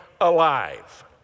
alive